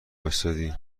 واستادی